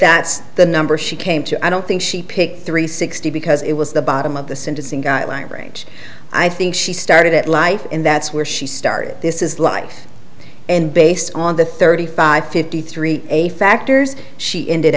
that's the number she came to i don't think she picked three sixty because it was the bottom of the sentencing guideline range i think she started at life and that's where she started this is life and based on the thirty five fifty three a factors she ended